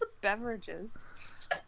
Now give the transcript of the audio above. beverages